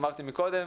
אמרתי מקודם,